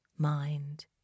mind